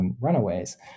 Runaways